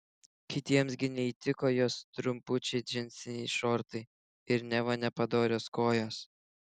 kitiems gi neįtiko jos trumpučiai džinsiniai šortai ir neva nepadorios kojos